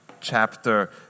chapter